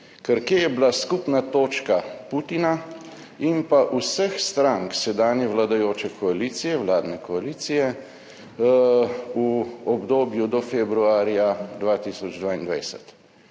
Ker kje je bila skupna točka Putina in pa vseh strank sedanje vladajoče koalicije, vladne koalicije v obdobju do februarja 2021?